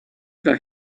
that